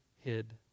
hid